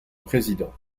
président